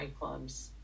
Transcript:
nightclubs